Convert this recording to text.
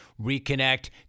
Reconnect